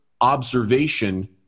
observation